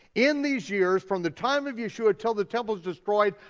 in these years from the time of yeshua till the temple's destroyed,